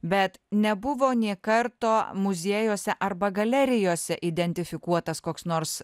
bet nebuvo nė karto muziejuose arba galerijose identifikuotas koks nors